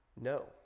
No